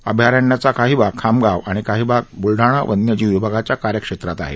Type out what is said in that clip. अभयारण्याचा काही भाग खामगाव आणि काही भाग ब्लडाणा वन्यजिव विभागाच्या कार्यक्षेत्रात आहे